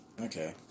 Okay